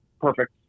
perfect